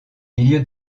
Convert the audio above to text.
milieu